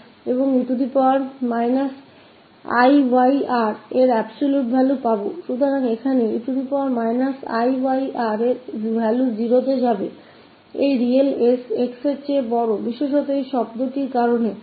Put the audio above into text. तो 𝑒−𝑖𝑦𝑅 की absolute value की तरफ जाए तो यह 0 होगा अगर यह रियल s x से बड़ा होगा तब यह इस टर्म के कारन होगा